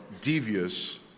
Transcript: devious